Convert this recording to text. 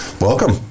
Welcome